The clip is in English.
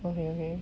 okay okay